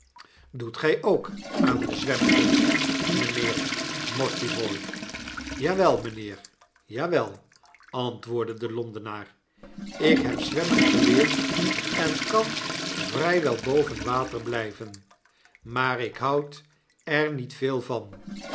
doet gij ook aan de zwemkunst mijnheer mortibooi ja wel mjjnheer ja wel antwoordde de londenaar lk heb zwemmen geleerd en kan vrij wel boven water bljjven maar ik houd er niet veel van